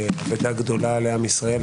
אבדה גדולה לעם ישראל,